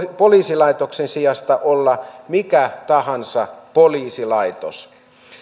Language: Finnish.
poliisilaitoksen sijasta olla mikä tahansa poliisilaitos